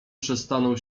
przestaną